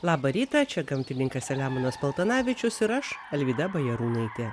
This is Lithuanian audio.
labą rytą čia gamtininkas selemonas paltanavičius ir aš alvyda bajarūnaitė